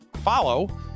follow